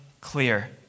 clear